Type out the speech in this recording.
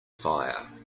fire